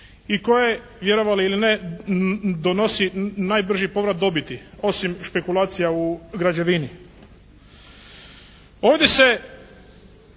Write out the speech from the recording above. i koje vjerovali ili ne donosi najbrži povrat dobiti, osim špekulacija u građevini. Ovdje se